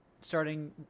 starting